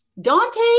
Dante